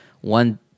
one